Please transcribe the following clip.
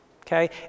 Okay